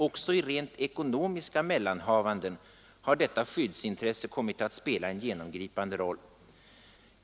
Också i rent ekonomiska mellanhavanden har detta skyddsintresse kommit att spela en genomgripande roll.